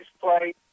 play